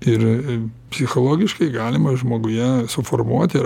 ir psichologiškai galima žmoguje suformuoti ir